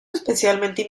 especialmente